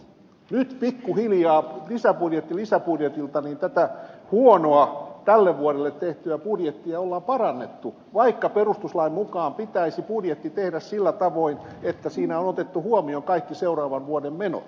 nyt pikkuhiljaa lisäbudjetti lisäbudjetilta tätä huonoa tälle vuodelle tehtyä budjettia on parannettu vaikka perustuslain mukaan pitäisi budjetti tehdä sillä tavoin että siinä on otettu huomioon kaikki seuraavan vuoden menot